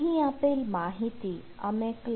અહીં આપેલ માહિતી અમે cloud